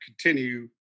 continue